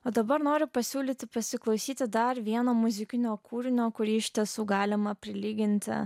o dabar noriu pasiūlyti pasiklausyti dar vieno muzikinio kūrinio kurį iš tiesų galima prilyginti